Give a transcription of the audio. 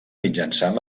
mitjançant